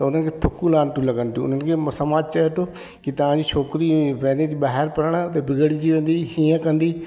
त उनखे थुकूं लानतूं लॻन थियूं उनखे समाज चए थो की तव्हांजी छोकिरी वञे थी ॿाहिरि पढ़नि त बिगड़जी वेंदी हीअं कंदी